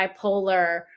bipolar